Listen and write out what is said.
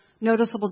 noticeable